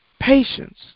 Patience